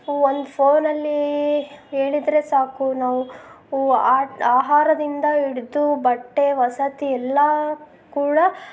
ಒಂದು ಫೋನಲ್ಲಿ ಹೇಳಿದರೆ ಸಾಕು ನಾವು ಊ ಆಹಾರದಿಂದ ಹಿಡ್ದು ಬಟ್ಟೆ ವಸತಿ ಎಲ್ಲ ಕೂಡ